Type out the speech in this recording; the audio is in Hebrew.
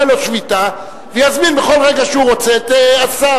לו שביתה ויזמין בכל רגע שהוא רוצה את השר.